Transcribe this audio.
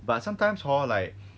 but sometimes hor like